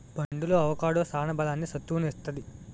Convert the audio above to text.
పండులో అవొకాడో సాన బలాన్ని, సత్తువును ఇత్తది